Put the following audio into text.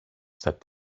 said